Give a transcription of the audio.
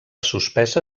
suspesa